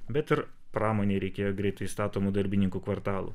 bet ir pramonei reikėjo greitai statomų darbininkų kvartalų